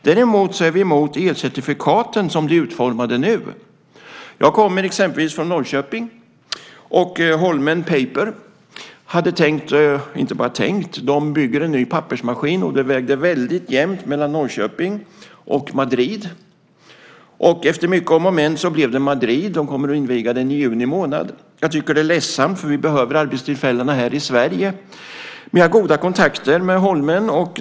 Däremot är vi emot elcertifikaten som de är utformade nu. Jag kommer från Norrköping. Holmen Paper bygger en ny pappersmaskin, och det vägde väldigt jämnt mellan Norrköping och Madrid. Efter mycket om och men blev det Madrid. De kommer att inviga den i juni månad. Jag tycker att det är ledsamt, för vi behöver arbetstillfällena här i Sverige. Vi har goda kontakter med Holmen.